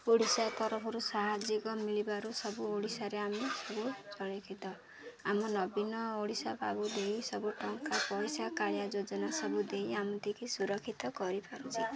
ଓଡ଼ିଶା ତରଫରୁ ସାହାଯ୍ୟ ମିଳିବାରୁ ସବୁ ଓଡ଼ିଶାରେ ଆମେ ସବୁ ସୁରକ୍ଷିତ ଆମ ନବୀନ ଓଡ଼ିଶା ବାବୁ ଦେଇ ସବୁ ଟଙ୍କା ପଇସା କାଳିଆ ଯୋଜନା ସବୁ ଦେଇ ଆମକୁ ସୁରକ୍ଷିତ କରିପାରୁଛେ